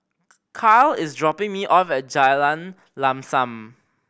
Karyl is dropping me off at Jalan Lam Sam